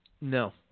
No